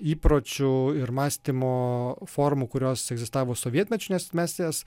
įpročių ir mąstymo formų kurios egzistavo sovietmečiu nes mes jas